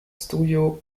studio